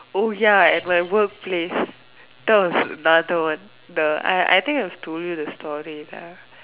oh ya at my work place thought that was another one the I think I've told you the story lah